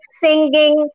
singing